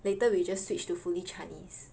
later we just switch to fully Chinese